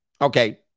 Okay